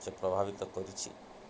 ସେ ପ୍ରଭାବିତ କରିଛି